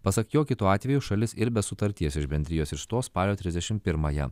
pasak jo kitu atveju šalis ir be sutarties iš bendrijos išstos spalio trisdešimt pirmąją